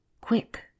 Quick